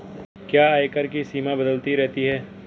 क्या आयकर की सीमा बदलती रहती है?